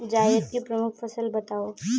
जायद की प्रमुख फसल बताओ